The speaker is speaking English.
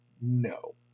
no